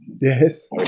Yes